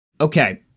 Okay